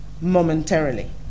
momentarily